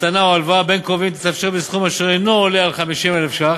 מתנה או הלוואה בין קרובים תתאפשר בסכום אשר אינו עולה על 50,000 ש"ח,